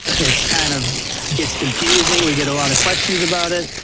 it's kind of gets confusing. we get a lot of questions about it.